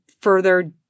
further